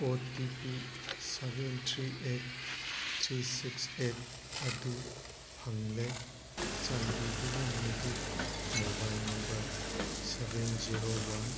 ꯑꯣ T P seven three eight three six eight ꯑꯗꯨ ꯐꯪꯂꯦ ꯆꯥꯟꯕꯤꯗꯨꯅ ꯃꯗꯨ mobile number seven zero one